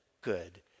good